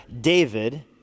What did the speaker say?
David